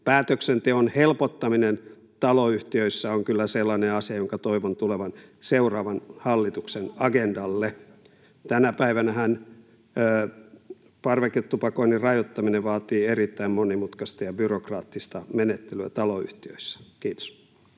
päätöksenteon helpottaminen taloyhtiöissä on kyllä sellainen asia, jonka toivon tulevan seuraavan hallituksen agendalle. Tänä päivänähän parveketupakoinnin rajoittaminen vaatii erittäin monimutkaista ja byrokraattista menettelyä taloyhtiössä. — Kiitos.